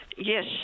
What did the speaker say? yes